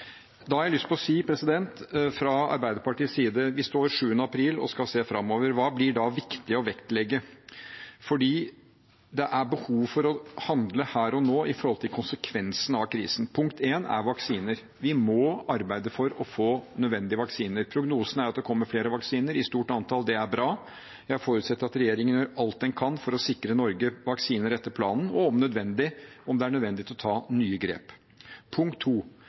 Da har jeg lyst til å si fra Arbeiderpartiets side, at vi står her 7. april og skal se framover. Hva blir da viktig å vektlegge? For det er behov for å handle her og nå med hensyn til konsekvensene av krisen. Punkt 1 er vaksiner. Vi må arbeide for å få nødvendige vaksiner. Prognosen er at det kommer flere vaksiner i stort antall. Det er bra. Jeg forutsetter at regjeringen gjør alt den kan for å sikre Norge vaksiner etter planen, og om det er nødvendig, tar nye grep. Punkt